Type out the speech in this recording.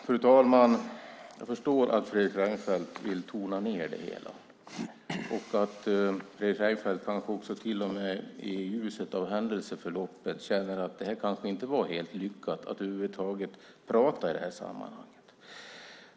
Fru talman! Jag förstår att Fredrik Reinfeldt vill tona ned det hela och att Fredrik Reinfeldt kanske till och med i ljuset av händelseförloppet känner att det kanske inte var helt lyckat att över huvud taget prata i sammanhanget.